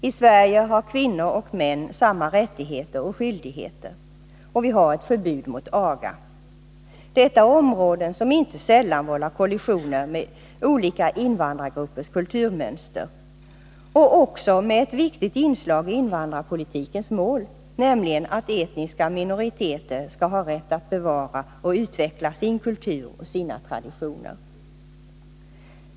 I Sverige har kvinnor och män samma rättigheter och skyldigheter och vi har ett förbud mot aga. Detta är områden som inte sällan vållar kollisioner med olika invandrargruppers kulturmönster och också med ett viktigt inslag i invandrarpolitikens mål, nämligen att etniska minoriteter skall ha rätt att bevara och utveckla sin kultur och sina traditioner.